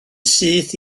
syth